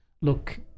look